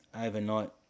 overnight